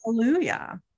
hallelujah